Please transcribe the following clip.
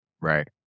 right